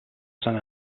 sant